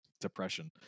depression